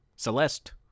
Celeste